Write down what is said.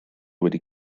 wedi